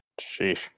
Sheesh